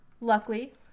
luckily